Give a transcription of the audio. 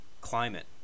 climate